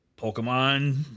Pokemon